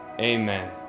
amen